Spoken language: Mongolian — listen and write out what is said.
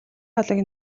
хоолыг